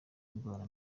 ndwara